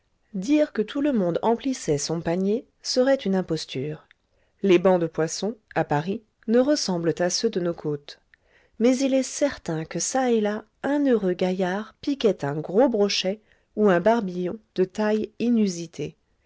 dire que tout le monde emplissait son panier serait une imposture les bancs de poisson à paris ne ressemblent à ceux de nos côtes mais il est certain que ça et là un heureux gaillard piquait un gros brochet ou un barbillon de taille inusitée